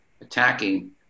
attacking